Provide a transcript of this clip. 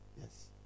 yes